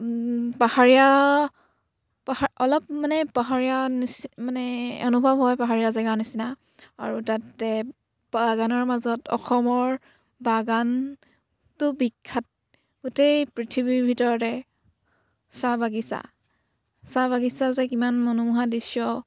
পাহাৰীয়া পাহাৰ অলপ মানে পাহাৰীয়া নিচি মানে অনুভৱ হয় পাহাৰীয়া জেগাৰ নিচিনা আৰু তাতে বাগানৰ মাজত অসমৰ বাগানটো বিখ্যাত গোটেই পৃথিৱীৰ ভিতৰতে চাহ বাগিচা চাহ বাগিচা যে কিমান মনোমোহা দৃশ্য